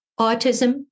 autism